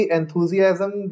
enthusiasm